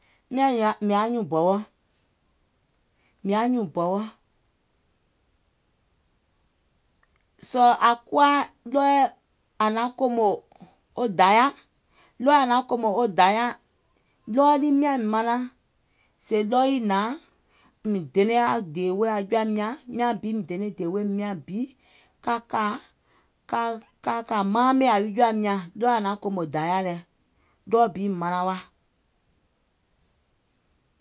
mìŋ yaà nyuʋŋ bɔwɔ, mìŋ yaà nyuùŋ bɔwɔ, sɔ̀ɔ̀ àŋ kuwa ɗɔɔɛ̀ àŋ naŋ kòmò Dayà, ɗɔɔɛ̀ àŋ naŋ kòmò wo Dayà, ɗɔɔ lii miàŋ manaŋ. Sɛɛ ɗɔɔ lii hnàŋ, mìŋ dene a dèè wèè jɔ̀àim nyàŋ, miàŋ bi dene a dèè wèè miàŋ bi, ka kà ka kà ka kȧ maame yàwi jɔ̀àim nyàŋ, ɗɔɔɛ̀ àŋ naŋ kòmò Dayà lɛ, ɗɔɔ bi mìŋ manaŋ wa.